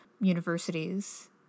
universities